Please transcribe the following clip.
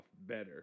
better